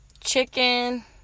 Chicken